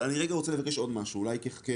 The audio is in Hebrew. אבל אני רגע רוצה לבקש עוד משהו, אולי כחלופה.